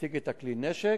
להציג את כלי הנשק,